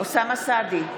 אוסאמה סעדי,